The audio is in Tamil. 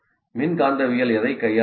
மின்காந்தவியல் எதைக் கையாளுகிறது